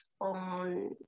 on